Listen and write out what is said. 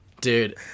Dude